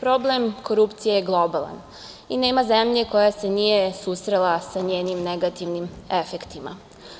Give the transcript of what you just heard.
Problem korupcije je globalan i nema zemlje koja se nije susrela sa njenim negativnim efektima,